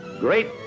Great